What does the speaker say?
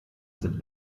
sind